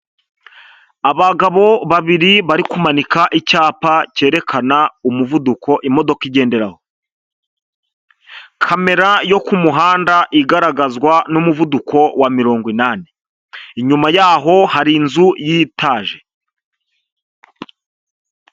Abagabo babiri bari kumanika icyapa cyerekana umuvuduko imodoka igenderaho. Kamera yo ku muhanda igaragazwa n'umuvuduko wa mirongo inani, inyuma yaho hari inzu y'itaje.